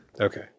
Okay